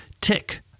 tick